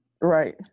Right